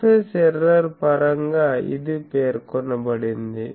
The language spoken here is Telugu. సర్ఫేస్ ఎర్రర్ పరంగా ఇది పేర్కొనబడింది